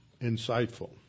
insightful